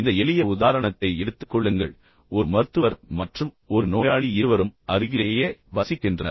இந்த எளிய உதாரணத்தை எடுத்துக் கொள்ளுங்கள் ஒரு மருத்துவர் மற்றும் ஒரு நோயாளி இருவரும் அருகிலேயே வசிக்கின்றனர்